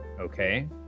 Okay